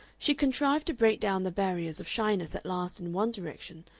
she contrived to break down the barriers of shyness at last in one direction,